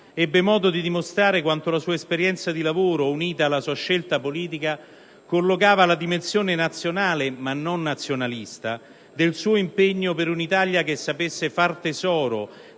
ebbe modo di dimostrare quanto la sua esperienza di lavoro, unita alla sua scelta politica, collocava la dimensione nazionale (ma non nazionalista) del suo impegno per un'Italia che sapesse far tesoro